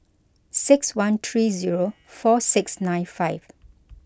six one three zero four six nine five